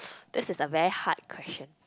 this is a very hard question